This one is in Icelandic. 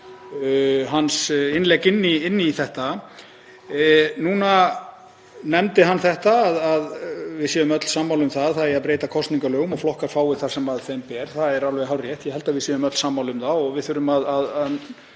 hans innlegg. Núna nefndi hann það að við séum öll sammála um að það eigi að breyta kosningalögum og flokkar fái það sem þeim ber. Það er alveg hárrétt. Ég held að við séum öll sammála um það og við þurfum að